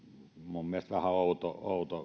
minun mielestäni vähän outoa